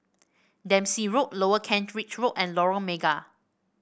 Dempsey Road Lower Kent Ridge Road and Lorong Mega